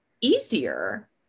easier